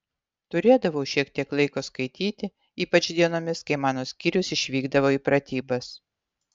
turėdavau šiek tiek laiko skaityti ypač dienomis kai mano skyrius išvykdavo į pratybas